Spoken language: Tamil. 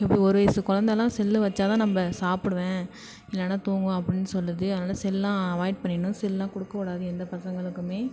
இப்போது ஒரு வயசு குழந்தலாம் செல்ல வெச்சா தான் நம்ம சாப்புடுவேன் இல்லைன்னா தூங்குவேன் அப்படின்னு சொல்லுது அதனால் சொல்லலாம் அவாய்ட் பண்ணிடணும் சொல்லலாம் கொடுக்கக்கூடாது எந்த பசங்களுக்கும்